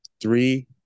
three